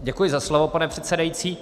Děkuji za slovo, pane předsedající.